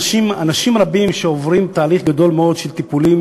אנשים רבים שעוברים תהליך ארוך מאוד של טיפולים